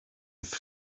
with